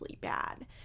bad